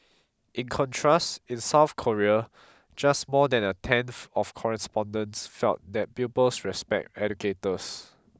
in contrast in South Korea just more than a tenth of respondents felt that pupils respect educators